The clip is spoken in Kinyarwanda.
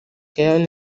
care